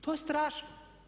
To je strašno!